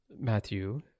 Matthew